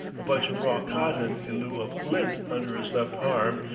a bunch of raw cotton in lieu of lint under his left arm,